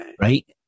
Right